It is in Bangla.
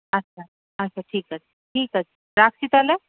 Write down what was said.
আচ্ছা আচ্ছা ঠিক আছে ঠিক আছে রাখছি তাহলে